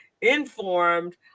informed